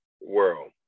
world